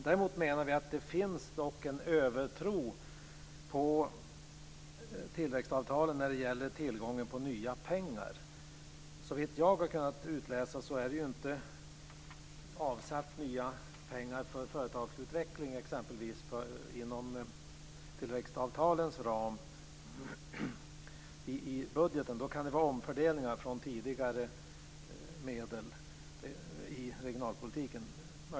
Däremot menar vi att det finns en övertro på tillväxtavtalen när det gäller tillgången på nya pengar. Såvitt jag har kunnat utläsa har det inte avsatts nya pengar i budgeten för företagsutveckling exempelvis inom tillväxtavtalens ram. Det kan möjligen vara omfördelningar från tidigare medel till regionalpolitiken.